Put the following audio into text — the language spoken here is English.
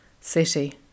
city